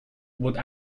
would